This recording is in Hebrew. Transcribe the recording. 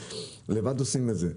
לבד עושים את זה,